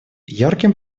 ярким